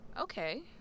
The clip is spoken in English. Okay